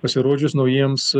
pasirodžius naujiems